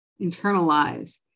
internalize